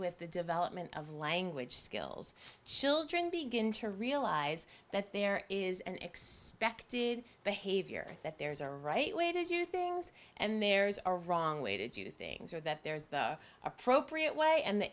with the development of language skills children begin to realize that there is an extract did behavior that there's a right way to do things and there's a wrong way to do things or that there is the appropriate way and the